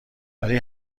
ولی